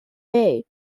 bay